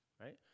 Right